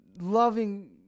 loving